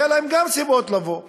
היו להם גם סיבות לבוא ולהשתכן.